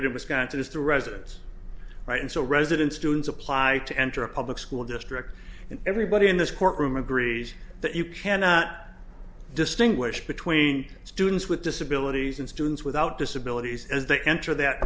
in wisconsin is the residence right and so residents students apply to enter a public school district and everybody in this courtroom agrees that you cannot distinguish between students with disabilities and students without disabilities as they enter that